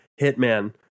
Hitman